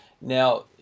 Now